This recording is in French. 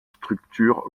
structure